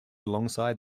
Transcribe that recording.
alongside